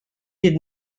did